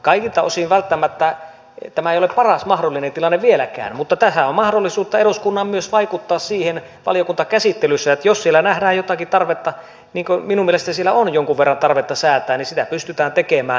kaikilta osin välttämättä tämä ei ole paras mahdollinen tilanne vieläkään mutta eduskunnalla on mahdollisuus myös vaikuttaa valiokuntakäsittelyssä siihen että jos siellä nähdään jotakin tarvetta niin kuin minun mielestäni siellä on jonkun verran tarvetta säätää niin sitä pystytään tekemään